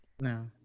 No